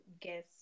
guess